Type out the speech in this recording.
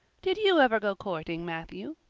did you ever go courting, matthew?